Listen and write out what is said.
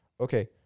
okay